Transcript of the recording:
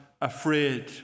afraid